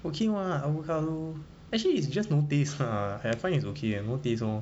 okay [what] avocado actually its just no taste uh I find it's okay eh no taste